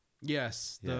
Yes